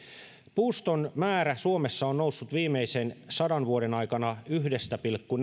puuston määrä suomessa on noussut viimeisen sadan vuoden aikana yhdestä pilkku